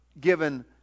given